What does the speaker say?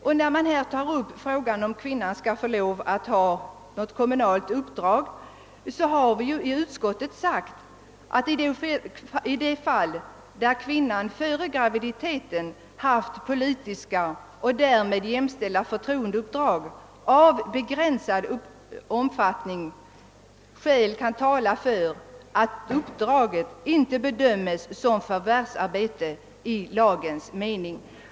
Beträffande frågan om kvinnan skall ha rätt att fullgöra något kommunalt uppdrag har utskottet uttalat, att i de fall där kvinnan före graviditeten haft politiska och därmed jämställda förtroendeuppdrag av begränsad omfattning skäl kan tala för att uppdraget inte bedömes som förvärvsarbete i lagens mening.